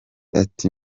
ati